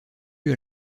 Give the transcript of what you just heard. vue